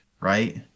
right